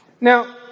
Now